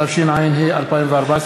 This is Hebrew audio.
התשע"ה 2014,